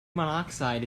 monoxide